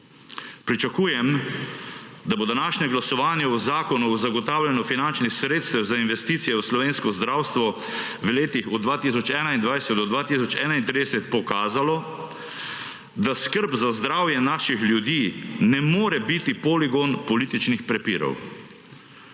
Pričakujem, da bo današnje glasovanje o zakonu o zagotavljanju finančnih sredstev za investicije v slovensko zdravstvo v letih 2021−2031 pokazalo, da skrb za zdravje naših ljudi ne more biti poligon političnih prepirov.